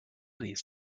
these